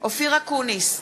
אופיר אקוניס,